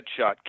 headshot